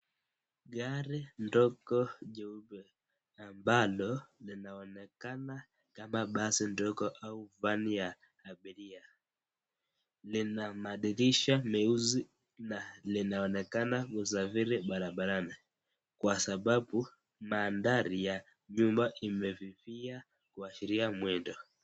Gari ndogo jeupe ambalo linaonekana kama basi ndogo ama vani ya abiria. Lina madirisha meusi na linaonekana kusafiri barabarani kwa sababu mandhari ya nyuma imefifia kuashiria mwendo.